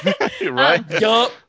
Right